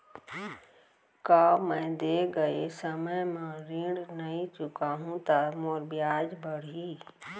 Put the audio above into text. का मैं दे गए समय म ऋण नई चुकाहूँ त मोर ब्याज बाड़ही?